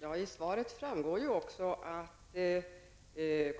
Herr talman! Av svaret framgår också att